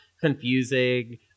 confusing